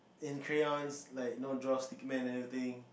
in crayons like know draw stickman and everything